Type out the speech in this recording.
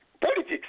Politics